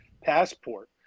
passport